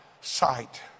sight